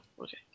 okay